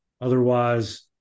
Otherwise